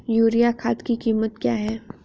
Urea खाद की कीमत क्या है?